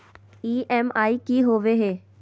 EMI की होवे है?